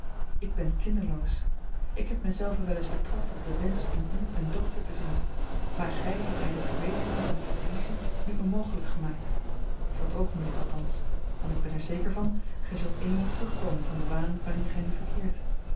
ik ben kinderloos ik heb mij zelven wel eens betrapt op den wensch in u eene dochter te zien maar gij hebt mij de verwezenlijking van die illusie nu onmogelijk gemaakt voor t oogenblik althans want ik ben er zeker van gij zult eenmaal terugkomen van den waan waarin gij nu verkeert